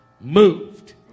moved